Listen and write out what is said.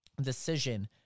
decision